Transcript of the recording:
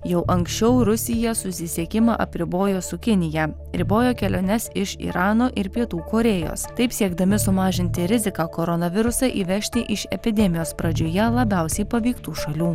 jau anksčiau rusija susisiekimą apribojo su kinija ribojo keliones iš irano ir pietų korėjos taip siekdami sumažinti riziką koronavirusą įvežti iš epidemijos pradžioje labiausiai paveiktų šalių